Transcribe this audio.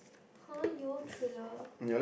!huh! you thriller